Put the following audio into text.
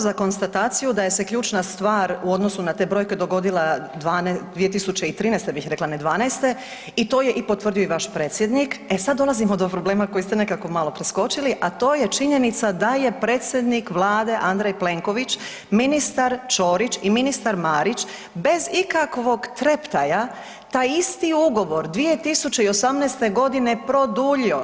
Bravo za konstataciju da je se ključna stvar u odnosu na te brojke dogodila 2013. bih rekla ne '12. i to je potvrdio i vaš predsjednik, e sad dolazimo do problema koji ste nekako malo preskočili, a to je činjenica da je predsjednik Vlade Andrej Plenković, ministar Ćorić i ministar Marić bez ikakvog treptaja taj isti ugovor 2018. godine produljio.